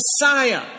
Messiah